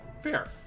fair